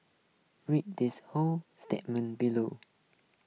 read this whole statement below